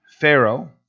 Pharaoh